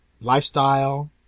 lifestyle